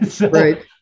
Right